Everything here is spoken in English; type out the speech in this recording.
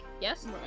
Yes